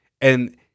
And-